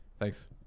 Thanks